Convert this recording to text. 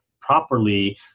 properly